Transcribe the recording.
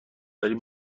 داریم